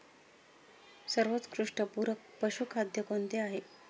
सर्वोत्कृष्ट पूरक पशुखाद्य कोणते आहे?